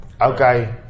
Okay